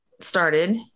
started